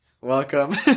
Welcome